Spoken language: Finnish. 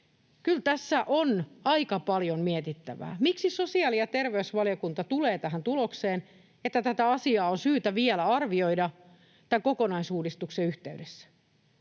Kyllä tässä on aika paljon mietittävää, miksi sosiaali- ja terveysvaliokunta tulee tähän tulokseen, että tätä asiaa on syytä vielä arvioida tämän kokonaisuudistuksen yhteydessä.